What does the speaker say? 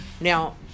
Now